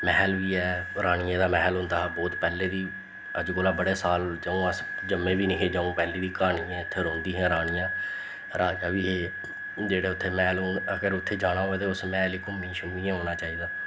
मैहल बी ऐ रानियें दा मैहल होंदा बोह्त पैह्ले बी अज्ज कोला बड़े साल जदूं अस जम्में बी नेईं हे जदूं पैह्ले दी क्हानी ऐ इत्थै रौंह्दियां हियां रानियां राजा बी जेह्ड़े उत्थें मैह्ल हून अगर उत्थें जाना होऐ ते उस मैह्ल गी घूमियै शूमियै औना चाहिदा